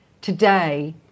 today